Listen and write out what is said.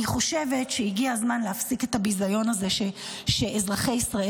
אני חושבת שהגיע הזמן להפסיק את הביזיון הזה שאזרחי ישראל